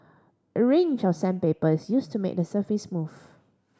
a range of sandpaper is used to make the surface smooth